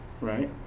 right